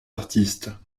artistes